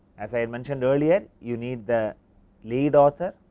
as i mentioned earlier, you need the lead author,